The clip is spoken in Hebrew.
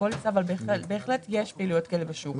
אבל זה נגמר, אדוני.